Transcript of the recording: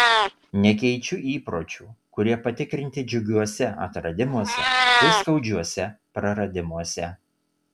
nekeičiu įpročių kurie patikrinti džiugiuose atradimuose ir skaudžiuose praradimuose